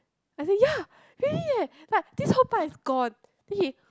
I say ya really eh like this whole part is gone then he